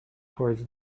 towards